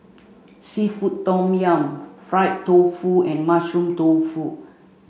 seafood tom yum fried tofu and mushroom tofu